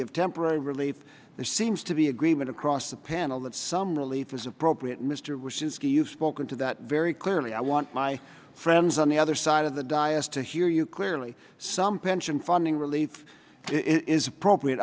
give temporary relief there seems to be agreement across the panel that some relief is appropriate and mr you've spoken to that very clearly i want my friends on the other side of the dyess to hear you clearly some pension funding relief is appropriate